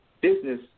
business